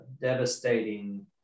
devastating